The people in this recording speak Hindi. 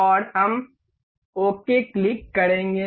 और हम ओके क्लिक करेंगे